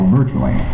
virtually